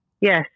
Yes